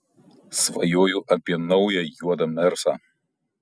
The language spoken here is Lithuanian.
svajoju apie naują juodą mersą